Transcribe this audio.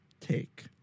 take